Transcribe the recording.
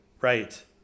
Right